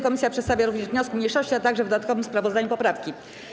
Komisja przedstawia również wnioski mniejszości, a także w dodatkowym sprawozdaniu poprawki.